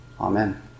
Amen